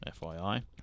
FYI